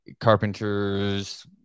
carpenters